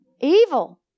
Evil